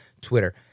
Twitter